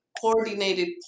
coordinated